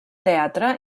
teatre